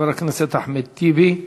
חבר הכנסת אחמד טיבי.